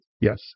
Yes